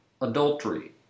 adultery